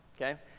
okay